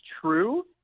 true